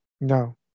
No